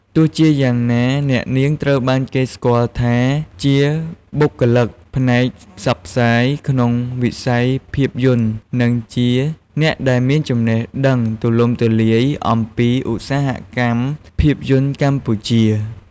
ទោះជាយ៉ាងណា អ្នកនាងត្រូវបានគេស្គាល់ថាជា បុគ្គលិកផ្នែកផ្សព្វផ្សាយ ក្នុងវិស័យភាពយន្ត និងជាអ្នកដែលមានចំណេះដឹងទូលំទូលាយអំពីឧស្សាហកម្មភាពយន្តកម្ពុជា។